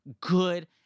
good